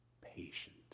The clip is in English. patient